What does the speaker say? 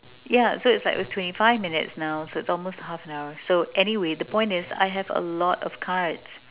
yeah so it's like twenty five minutes now so it's almost half an hour so anyway the point is I have a lot of cards